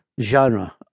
Genre